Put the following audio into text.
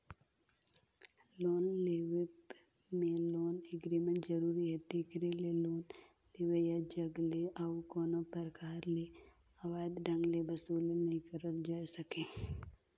loan लेवब में loan agreement जरूरी हे तेकरे ले लोन लेवइया जग ले अउ कोनो परकार ले अवैध ढंग ले बसूली नी करल जाए सके